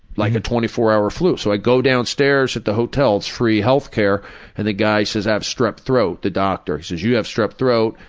like a twenty four hour flu. so i go downstairs at the hotel, it's free healthcare and the guy says i have strep throat, the doctor. he says, you have strep throat.